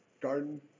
Garden